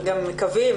ומקווים,